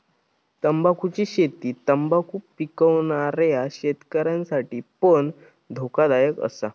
तंबाखुची शेती तंबाखु पिकवणाऱ्या शेतकऱ्यांसाठी पण धोकादायक असा